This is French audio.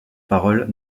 paroles